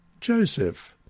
Joseph